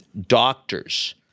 Doctors